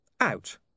Out